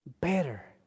better